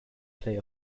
play